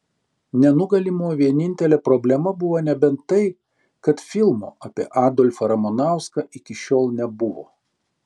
nenugalimo vienintelė problema buvo nebent tai kad filmo apie adolfą ramanauską iki šiol nebuvo